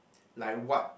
like what